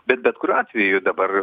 bet bet kuriuo atveju dabar